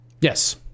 Yes